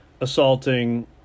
assaulting